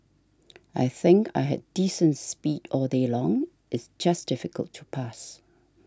I think I had decent speed all day long it's just difficult to pass